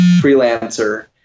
freelancer